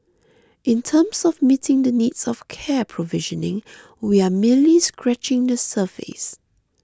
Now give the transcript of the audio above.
in terms of meeting the needs of care provisioning we are merely scratching the surface